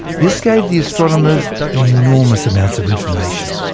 this gave the astronomers enormous amounts of information.